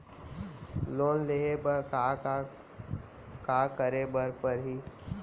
Loan लेहे बर का का का करे बर परहि?